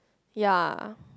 ya